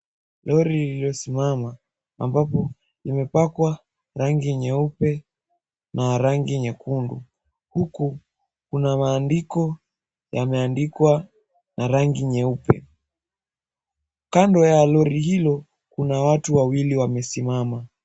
Lori lililosimama, ambapo limepakwa rangi nyeupe na rangi nyekundu. Huku kuna maandiko yameandikwa na rangi nyeupe. Kando ya lori hilo, kuna watu wawili wamesimama.